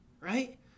right